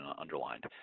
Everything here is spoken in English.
underlined